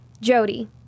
Jody